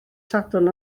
sadwrn